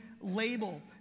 label